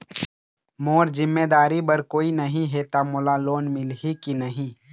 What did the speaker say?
मोर जिम्मेदारी बर कोई नहीं हे त मोला लोन मिलही की नहीं?